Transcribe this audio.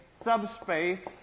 subspace